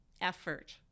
effort